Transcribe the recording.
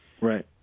Right